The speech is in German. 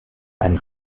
einen